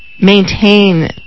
maintain